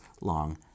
long